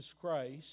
Christ